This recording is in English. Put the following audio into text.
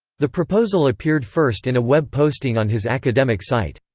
the proposal appeared first in a web posting on his academic site.